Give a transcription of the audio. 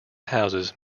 houses